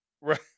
right